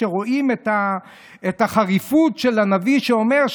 כשרואים את החריפות של הנביא שאומר,